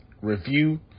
review